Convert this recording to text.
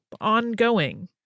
ongoing